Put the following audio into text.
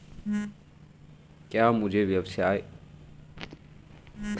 क्या मुझे व्यवसाय या स्वरोज़गार के लिए ऋण मिल सकता है?